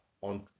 on